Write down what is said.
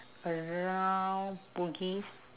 around bugis